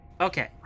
Okay